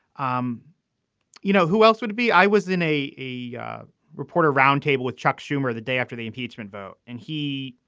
um you know who else would be? i was in a a reporter roundtable with chuck schumer the day after the impeachment vote. and he